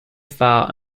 far